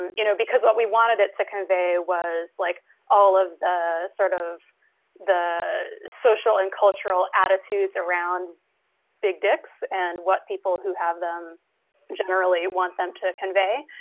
you know, because what we wanted it to convey was like all of the sort of the social and cultural attitudes around big dicks. and what people who have them generally want them to convey